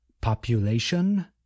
population